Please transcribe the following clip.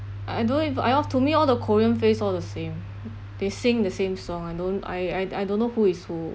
I don't even I of to me all the korean face all the same they sing the same song I don't I I I don't know who is who